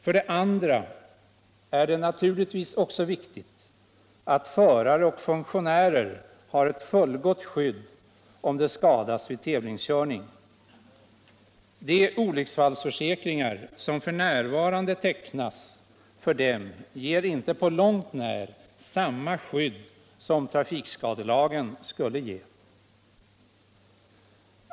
För det andra är det naturligtvis också viktigt att förare och funktionärer har ett fullgott skydd om de skadas vid tävlingskörning. De olycksfallsförsäkringar som f. n. tecknas för dem ger inte på långt när samma skydd som trafikskadelagen skulle ge.